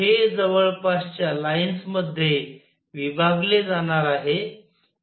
हे जवळपासच्या लाईन्समध्ये विभागले जाणार आहे